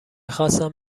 خواستم